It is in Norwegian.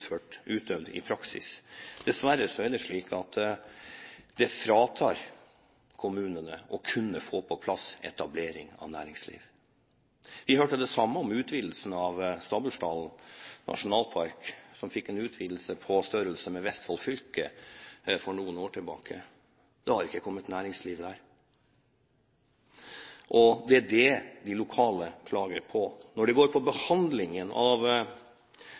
utøvd i praksis. Dessverre er det slik at det fratar kommunene å kunne få på plass næringslivsetablering. Vi hørte det samme når det gjaldt utvidelsen av Stabbursdalen nasjonalpark, der man fikk en utvidelse på størrelse med Vestfold fylke for noen år tilbake. Det har ikke kommet næringsliv der. Det er det de lokale klager på. Når det gjelder behandlingen av